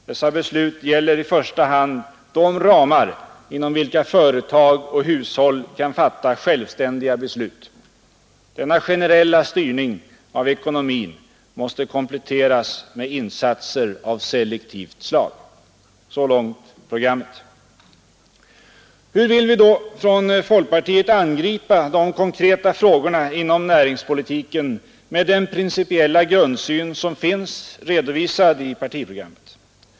Dessa beslut gäller i första hand de ramar inom vilka företag och hushåll kan fatta självständiga beslut. Denna generella styrning av ekonomin måste kompletteras med insatser av selektivt slag.” Så långt programmet. Hur vill vi då från folkpartiet angripa de konkreta frågorna inom näringspolitiken med den principiella grundsyn som finns redovisad i partiprogrammet?